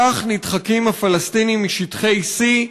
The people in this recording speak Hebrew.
כך נדחקים הפלסטינים משטחי C,